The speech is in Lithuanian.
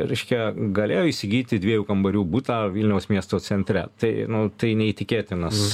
reiškia galėjo įsigyti dviejų kambarių butą vilniaus miesto centre tai nu tai neįtikėtinas